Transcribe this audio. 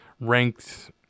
Ranked